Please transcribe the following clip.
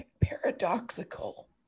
paradoxical